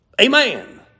Amen